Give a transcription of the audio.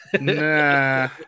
Nah